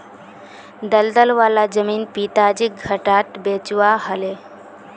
दलदल वाला जमीन पिताजीक घटाट बेचवा ह ले